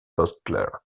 butler